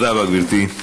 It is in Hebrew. תודה רבה, גברתי.